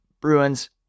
Bruins